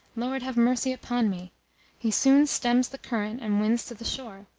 lord, have mercy upon me he soon stems the current and wins to the shore.